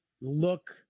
look